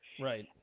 Right